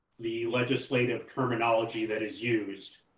the legislative terminology that is used